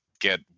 get